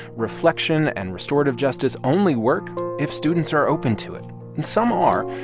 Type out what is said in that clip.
reflection and restorative justice only work if students are open to it. and some are,